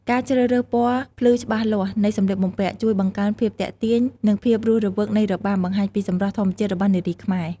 ការជ្រើសរើសពណ៌ភ្លឺច្បាស់លាស់នៃសម្លៀកបំពាក់ ជួយបង្កើនភាពទាក់ទាញ និងភាពរស់រវើកនៃរបាំ បង្ហាញពីសម្រស់ធម្មជាតិរបស់នារីខ្មែរ។